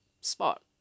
spot